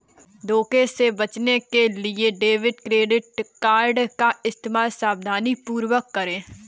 धोखे से बचने के लिए डेबिट क्रेडिट कार्ड का इस्तेमाल सावधानीपूर्वक करें